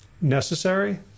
necessary